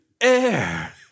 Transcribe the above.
air